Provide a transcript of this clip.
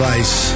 ice